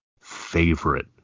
favorite